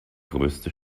größte